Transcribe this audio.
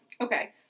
okay